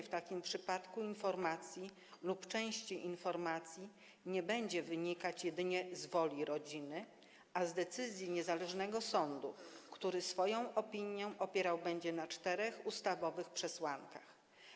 W takim przypadku udostępnienie informacji lub części informacji nie będzie wynikać jedynie z woli rodziny, ale z decyzji niezależnego sądu, który swoją opinię będzie opierał na czterech ustawowych przesłankach.